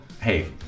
hey